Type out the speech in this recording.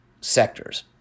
sectors